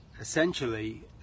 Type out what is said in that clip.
essentially